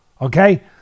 okay